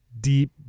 deep